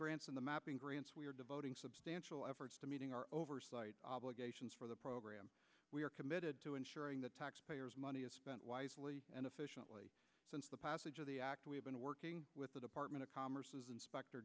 grants and the mapping grants we are devoting substantial efforts to meeting our oversight obligations for the program we are committed to ensuring the taxpayers money is spent wisely and efficiently since the passage of the act we have been working with the department of commerce inspector